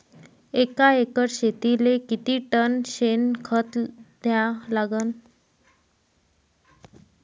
एका एकर शेतीले किती टन शेन खत द्या लागन?